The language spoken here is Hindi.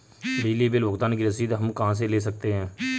बिजली बिल भुगतान की रसीद हम कहां से ले सकते हैं?